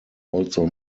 also